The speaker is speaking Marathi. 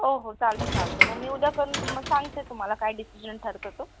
हो हो चालतं चालतं मं मी उद्या करून तुम्हाला सांगते तुम्हाला काय डिसिजन ठरतं तो